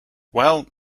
well